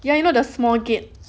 yeah you know the small gate